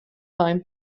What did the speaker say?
time